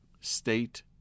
state